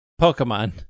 Pokemon